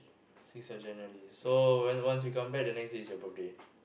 sixth of January so when once you come back the next day is your birthday